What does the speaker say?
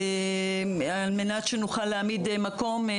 על מנת שנוכל להעמיד מקום.